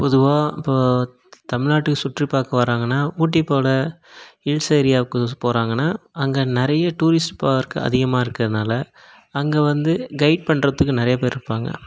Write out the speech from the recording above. பொதுவாக இப்போது த் தமிழ்நாட்டுக்கு சுற்றிப் பார்க்க வராங்கன்னால் ஊட்டி போல் ஹில்ஸ் ஏரியாவுக்கு போகிறாங்கன்னா அங்கே நிறைய டூரிஸ்ட் பார்க் அதிகமாக இருக்கிறனால அங்கே வந்து கைட் பண்ணுறதுக்கு நிறையா பேரிருப்பாங்க